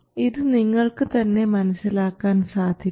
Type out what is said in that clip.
ഇത് നിങ്ങൾക്ക് തന്നെ മനസ്സിലാക്കാൻ സാധിക്കും